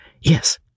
Yes